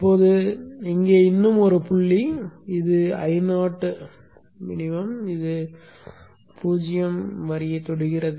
இப்போது இங்கே இன்னும் ஒரு புள்ளி இது Io குறைந்தபட்சம் இது 0 வரியைத் தொடுகிறது